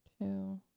two